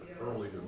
early